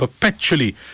perpetually